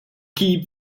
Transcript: keep